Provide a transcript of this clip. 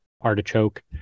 artichoke